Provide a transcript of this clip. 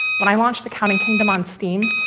when i launched the counting kingdom on steam,